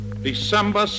December